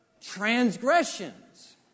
transgressions